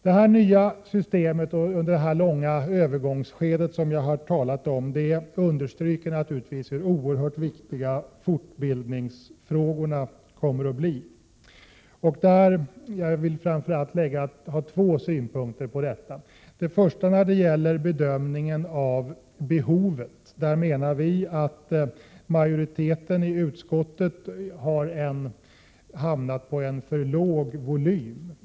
Det här nya systemet och det långa övergångsskedet som jag har talat om understryker naturligtvis hur oerhört viktiga fortbildningsfrågorna kommer att bli. Jag vill framföra två synpunkter på detta. Den första gäller bedömningen av behovet. Folkpartiet menar att majoriteten i utskottet har hamnat på en för låg volym.